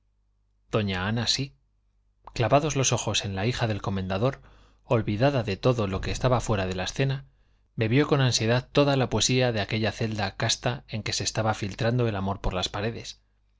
doña ana sí clavados los ojos en la hija del comendador olvidada de todo lo que estaba fuera de la escena bebió con ansiedad toda la poesía de aquella celda casta en que se estaba filtrando el amor por las paredes